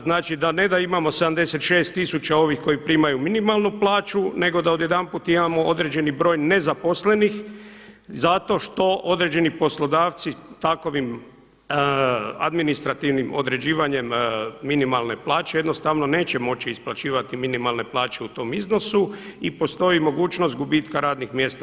Znači ne da imamo 76 tisuća ovih koji primaju minimalnu plaću, nego da odjedanput imamo određeni broj nezaposlenih zato što određeni poslodavci takovim administrativnim određivanjem minimalne plaće jednostavno neće moći isplaćivati minimalne plaće u tom iznosu i postoji mogućnost gubitka radnih mjesta.